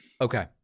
Okay